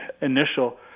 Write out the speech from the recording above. initial